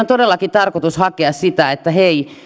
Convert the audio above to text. todellakin tarkoitus hakea sitä että hei